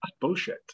bullshit